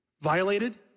Violated